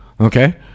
Okay